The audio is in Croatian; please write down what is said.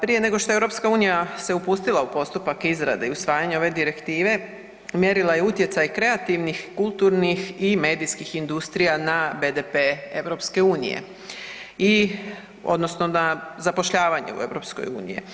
Prije nego što EU se upustila u postupak izrade i usvajanja ove direktive mjerila je utjecaj kreativnih, kulturnih i medijskih industrija na BDP EU i, odnosno na zapošljavanje u EU.